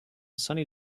sunny